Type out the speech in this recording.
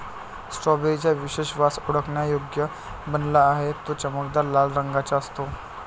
strawberry चा विशेष वास ओळखण्यायोग्य बनला आहे, तो चमकदार लाल रंगाचा असतो